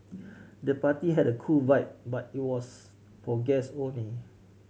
the party had a cool vibe but it was for guests only